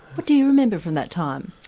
what do you remember from that time?